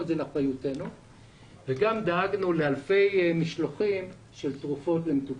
את זה על אחריותנו וגם דאגנו לאלפי משלוחים של תרופות למטופלים.